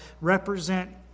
represent